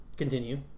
continue